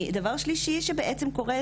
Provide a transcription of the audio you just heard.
דבר שלישי שבעצם קורה,